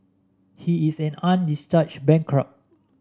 he is an undischarged bankrupt